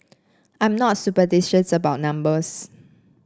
I'm not superstitious about numbers